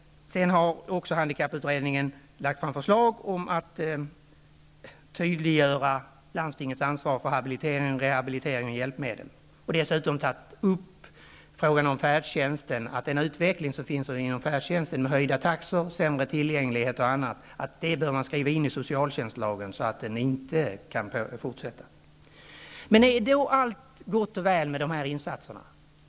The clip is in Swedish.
Sedan har handikapputredningen också lagt fram förslag om att tydliggöra landstingens ansvar för habilitering och rehabilitering med hjälpmedel. Dessutom har vi tagit upp utvecklingen inom färdtjänsten, med höjda taxor, sämre tillgänglighet och annat, och föreslagit att regler skrivs in i socialtjänstlagen så att detta inte kan fortsätta. Är då allt gott och väl med de här insatserna?